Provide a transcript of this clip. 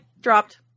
dropped